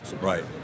right